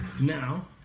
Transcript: Now